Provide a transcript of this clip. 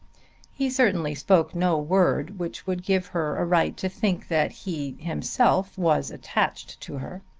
he certainly spoke no word which would give her a right to think that he himself was attached to her.